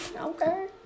Okay